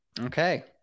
Okay